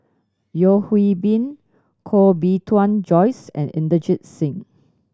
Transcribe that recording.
Yeo Hwee Bin Koh Bee Tuan Joyce and Inderjit Singh